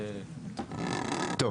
טוב,